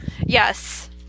yes